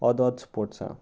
ओर्द ओर्द स्पोर्ट्सां